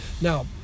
Now